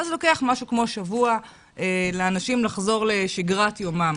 לוקח משהו כמו שבוע לאנשים לחזור לשגרת יומם.